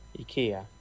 Ikea